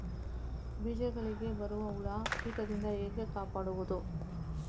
ಬೀಜಗಳಿಗೆ ಬರುವ ಹುಳ, ಕೀಟದಿಂದ ಹೇಗೆ ಕಾಪಾಡುವುದು?